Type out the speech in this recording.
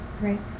right